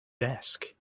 desk